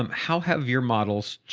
um how have your models,